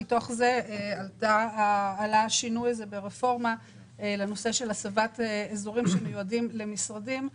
מתוך זה עלה השינוי ברפורמה לנושא של הסבת אזורים שמיועדים למשרדים.